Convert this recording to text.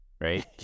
right